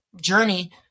journey